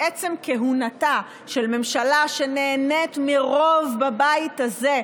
מעצם כהונתה של ממשלה שנהנית מרוב בבית הזה,